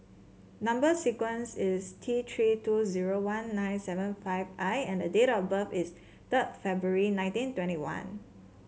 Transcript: number sequence is T Three two zero one nine seven five I and the date of birth is third February nineteen twenty one